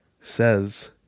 says